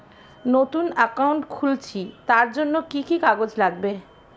নতুন অ্যাকাউন্ট খুলছি তার জন্য কি কি কাগজ লাগবে?